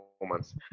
performance